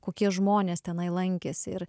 kokie žmonės tenai lankėsi ir